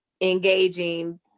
engaging